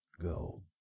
go